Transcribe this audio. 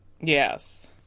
Yes